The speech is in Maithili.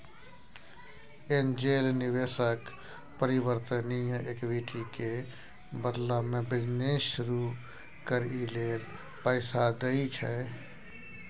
एंजेल निवेशक परिवर्तनीय इक्विटी के बदला में बिजनेस शुरू करइ लेल पैसा दइ छै